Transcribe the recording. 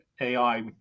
AI